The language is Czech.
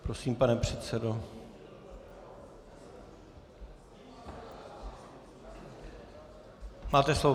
Prosím, pane předsedo, máte slovo.